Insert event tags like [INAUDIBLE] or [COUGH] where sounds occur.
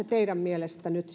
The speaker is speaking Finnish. [UNINTELLIGIBLE] teidän mielestänne nyt [UNINTELLIGIBLE]